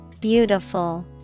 Beautiful